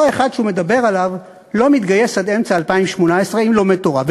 אותו אחד שהוא מדבר עליו לא מתגייס עד אמצע 2018 אם הוא לומד תורה.